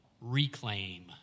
reclaim